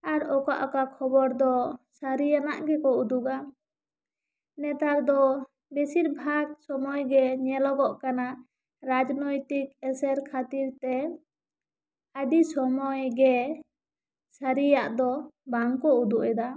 ᱟᱨ ᱚᱠᱟ ᱚᱠᱟ ᱠᱷᱵᱚᱨ ᱫᱚ ᱥᱟᱹᱨᱤᱭᱟᱱᱟᱜ ᱜᱮ ᱠᱚ ᱩᱫᱩᱜᱟ ᱱᱮᱛᱟᱨ ᱫᱚ ᱵᱤᱥᱤᱨ ᱵᱷᱟᱛ ᱥᱚᱢᱚᱭ ᱜᱮ ᱧᱮᱞᱚᱜᱚᱜ ᱠᱟᱱᱟ ᱨᱟᱡᱽᱱᱚᱭᱛᱤᱠ ᱮᱥᱮᱨ ᱠᱷᱟᱹᱛᱤᱨ ᱛᱮ ᱟᱹᱰᱤ ᱥᱚᱢᱚᱭ ᱜᱮ ᱥᱟᱹᱨᱤᱭᱟᱜ ᱫᱚ ᱵᱟᱝ ᱠᱚ ᱩᱫᱩᱜ ᱮᱫᱟ